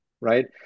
right